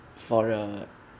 for a